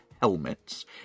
helmets